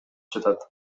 жатат